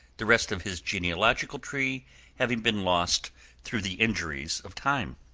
the rest of his genealogical tree having been lost through the injuries of time.